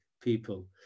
people